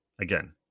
Again